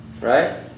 right